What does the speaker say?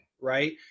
Right